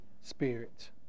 Spirit